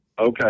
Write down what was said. Okay